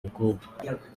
mukobwa